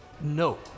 No